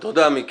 תודה, מיקי.